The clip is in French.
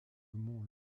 mont